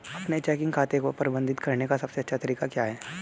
अपने चेकिंग खाते को प्रबंधित करने का सबसे अच्छा तरीका क्या है?